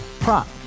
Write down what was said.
Prop